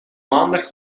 maandag